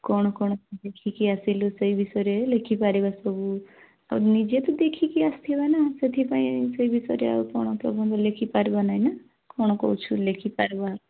କ'ଣ କ'ଣ ଦେଖିକି ଆସିଲୁ ସେଇ ବିଷୟରେ ଲେଖିପାରିବା ସବୁ ଆଉ ନିଜେ ତ ଦେଖିକି ଆସିଥିବା ନା ସେଥିପାଇଁ ସେ ବିଷୟରେ ଆଉ କ'ଣ ପ୍ରବନ୍ଧ ଲେଖିପାରିବା ନାଇଁନା କ'ଣ କହୁଛୁ ଲେଖିପାରିବା